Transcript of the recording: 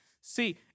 See